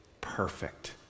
perfect